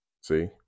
See